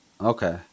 Okay